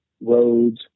roads